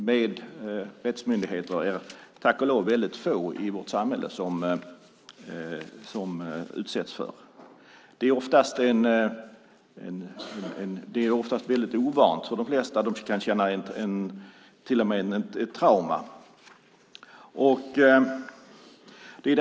Det är tack och lov väldigt få i vårt samhälle som utsätts för att hamna i en process med rättsmyndigheter. Det är väldigt ovant för de flesta. De kan till och med uppleva det som ett trauma.